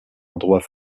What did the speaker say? endroit